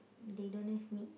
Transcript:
they don't have meat